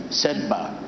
setback